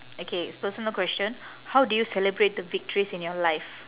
okay it's personal question how do you celebrate the victories in your life